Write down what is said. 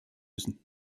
müssen